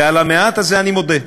ועל המעט הזה אני מודה.